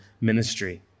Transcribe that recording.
ministry